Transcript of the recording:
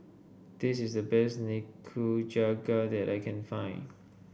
this is the best Nikujaga that I can find